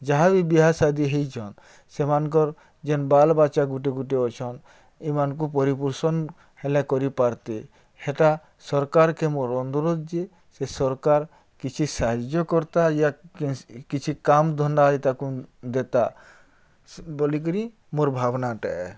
ଯାହା ବିହାସାଦୀ ହେଇଛନ୍ ସେମାନ୍ଙ୍କର୍ ଯେନ୍ ବାଲ୍ ବାଚା ଗୁଟେ ଗୁଟେ ଅଛନ୍ ଏମାନଙ୍କୁ ପରିପୋଷଣ୍ ହେଲେ କରିପାର୍ତେ ହେଟା ସରକାର୍କେ ମୋର୍ ଅନୁରୋଧ୍ ଯେ ସେ ସର୍କାର୍ କିଛି ସାହାଯ୍ୟ କର୍ତା ୟା କିଛି କାମ୍ ଧନ୍ଦା ଇତାକୁ ଦେତା ବଲିକିରି ମୋର୍ ଭାବ୍ନାଟା ଏ